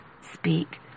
speak